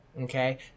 Okay